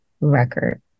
record